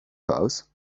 house